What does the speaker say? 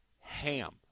ham